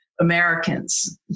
Americans